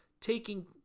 taking